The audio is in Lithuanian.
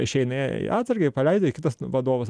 išeina į atsargai jį paleido jau kitas vadovas